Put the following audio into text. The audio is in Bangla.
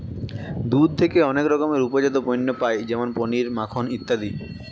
দুধ থেকে অনেক রকমের উপজাত পণ্য পায় যেমন পনির, মাখন ইত্যাদি